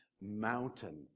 mountain